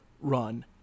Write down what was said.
run